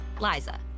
Liza